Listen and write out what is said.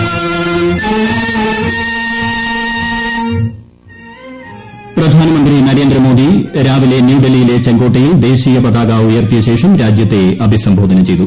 hold music പ്രധാനമന്ത്രി നരേന്ദ്രമോദി രാവിലെ ന്യൂഡൽഹിയിലെ ചെങ്കോട്ടയിൽ ദേശീയ പതാക ഉയർത്തിയശേഷം രാജ്യത്തെ അഭിസംബോധന ചെയ്തു